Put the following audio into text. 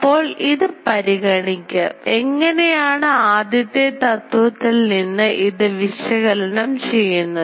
അപ്പോൾ ഇത് പരിഗണിക്കാം എങ്ങനെയാണ് ആദ്യത്തെ തത്വത്തിൽ നിന്ന് ഇത് വിശകലനം ചെയ്യുന്നത്